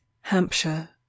Hampshire